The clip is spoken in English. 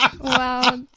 wow